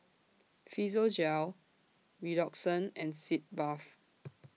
Physiogel Redoxon and Sitz Bath